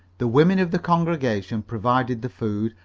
the women of the congregation provided the food,